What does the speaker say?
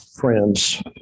Friends